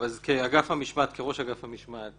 כראש אגף המשמעת